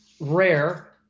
rare